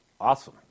Awesome